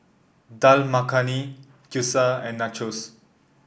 Dal Makhani Gyoza and Nachos